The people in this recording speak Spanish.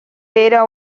era